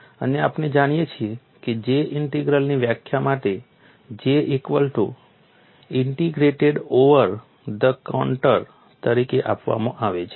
અને આપણે જાણીએ છીએ કે J ઇન્ટિગ્રલની વ્યાખ્યા માટે J equal to integrate over the contour તરીકે આપવામાં આવી છે